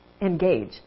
engage